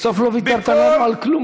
בסוף לא ויתרת לנו על כלום,